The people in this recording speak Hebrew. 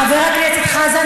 חבר הכנסת חזן,